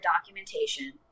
documentation